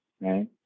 right